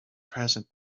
present